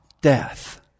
death